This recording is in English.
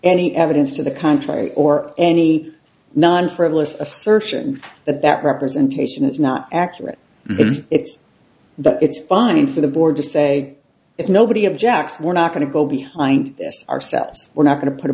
any evidence to the contrary or any non frivolous assertion that that representation is not accurate it's that it's fine for the board to say if nobody objects we're not going to go behind ourselves we're not going to put a